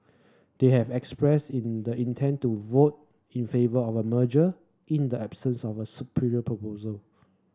they have expressed in the intent to vote in favour of merger in the absence of a superior proposal